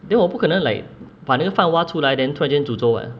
then 我不可能 like 把那个饭挖出来 then 突然间煮粥啊